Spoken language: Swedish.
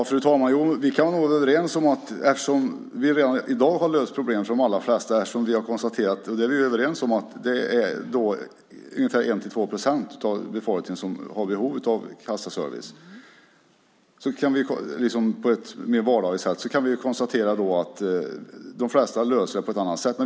Fru talman! Vi har redan i dag löst problemen för de allra flesta, och vi är nog överens om att det är ungefär 1-2 procent som har behov av kassaservice i vardagen. Vi kan konstatera att de flesta löser det på ett annat sätt.